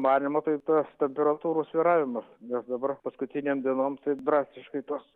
manymu tai tas temperatūrų svyravimas nes dabar paskutinėm dienom tai drastiškai tos